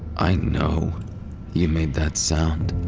i know you made that sound.